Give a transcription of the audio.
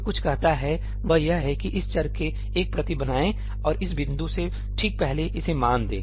जो कुछ कहता है वह यह है कि इस चर की एक प्रति बनाएं और इस बिंदु से ठीक पहले इसे मान दें